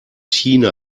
china